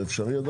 זה אפשרי?